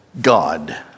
God